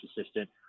assistant